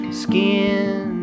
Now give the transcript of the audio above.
skin